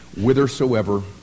whithersoever